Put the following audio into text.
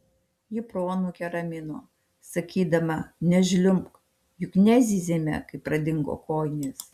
ji proanūkę ramino sakydama nežliumbk juk nezyzėme kai pradingo kojinės